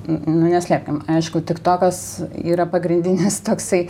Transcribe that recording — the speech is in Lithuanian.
nu neslėpkim aišku tik to kas yra pagrindinis toksai